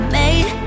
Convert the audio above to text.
made